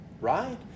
right